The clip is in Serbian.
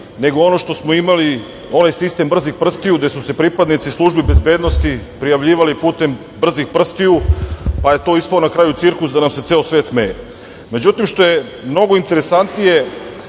nego ono što smo imali, onaj sistem brzih prstiju, gde su se pripadnici službi bezbednosti prijavljivali putem brzih prstiju, pa je to ispao na kraju cirkus, da nam se ceo svet smeje.Međutim, što je mnogo interesantnije,